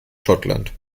schottland